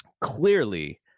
clearly